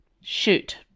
Shoot